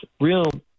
real